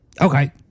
Okay